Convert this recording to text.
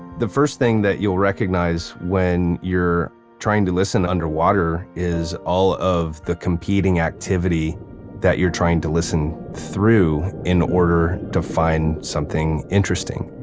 the first thing that you'll recognize when you're trying to listen underwater is all of the competing activity that you're trying to listen through, in order to find something interesting.